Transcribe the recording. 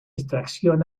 extracción